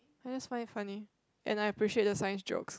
I just find it funny and I appreciate the science jokes